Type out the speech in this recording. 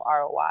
ROI